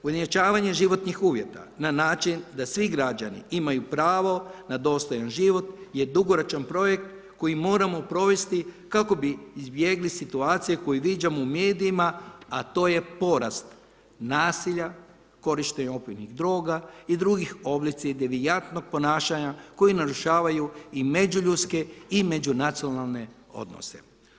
Ujednačavanje životnih uvjeta na način da svi građani imaju pravo na dostojan život je dugoročan projekt koji moramo provesti kako bi izbjegli situacije koje viđamo u medijima, a to je porast načina, korištenje opojnih droga i drugi oblici devijatnog ponašanja koji narušavaju i međuljudske i međunacionalne odnose.